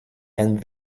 and